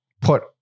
put